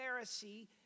Pharisee